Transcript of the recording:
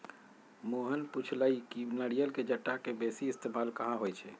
मोहन पुछलई कि नारियल के जट्टा के बेसी इस्तेमाल कहा होई छई